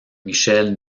michel